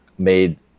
made